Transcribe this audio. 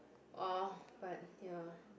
oh but ya